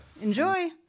Enjoy